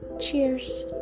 Cheers